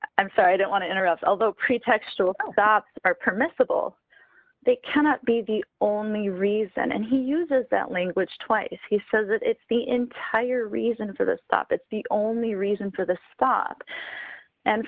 i'm sorry i don't want to interrupt although pretextual tops our permissible they cannot be the only reason and he uses that language twice he says it's the entire reason for the stop it's the only reason for the stop and